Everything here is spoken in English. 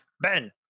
Ben